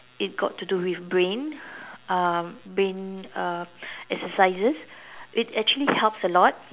it got to do with brain um brain uh exercises it actually helps a lot